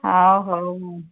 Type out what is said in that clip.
ହଉ ହଉ